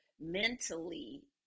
mentally